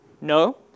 No